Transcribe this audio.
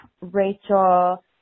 Rachel